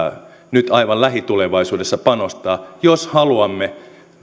nyt aivan lähitulevaisuudessa panostaa jos haluamme